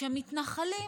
כשהמתנחלים